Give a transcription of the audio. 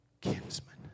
kinsman